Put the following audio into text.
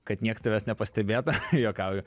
kad nieks tavęs nepastebėtų juokauju